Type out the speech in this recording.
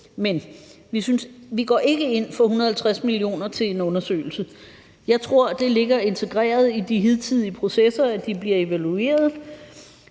men vi går ikke ind for at give 150 mio. kr. til en undersøgelse. Jeg tror, det ligger integreret i de hidtidige processer, at de bliver evalueret.